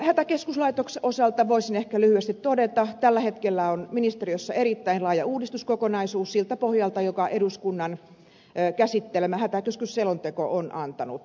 hätäkeskuslaitoksen osalta voisin ehkä lyhyesti todeta että tällä hetkellä on ministeriössä erittäin laaja uudistuskokonaisuus siltä pohjalta jonka eduskunnan käsittelemä hätäkeskusselonteko on antanut